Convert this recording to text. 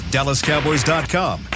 DallasCowboys.com